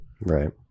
right